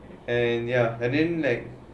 and ya and then like